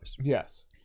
Yes